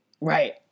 Right